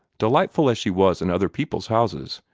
delightful as she was in other people's houses,